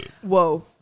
Whoa